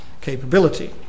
capability